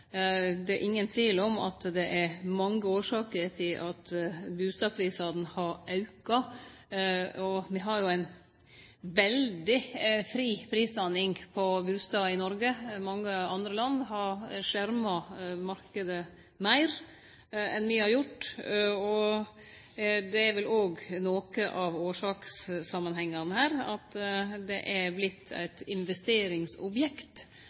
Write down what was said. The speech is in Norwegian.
er ingen tvil om at det er mange årsaker til at bustadprisane har auka, og me har jo ei veldig fri prisdanning på bustader i Noreg. Mange andre land har skjerma marknaden meir enn me har gjort. Noko av årsakssamanhengen her er vel òg at det er vorte eit investeringsobjekt og